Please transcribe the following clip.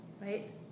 Right